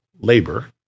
labor